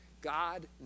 God